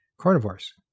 carnivores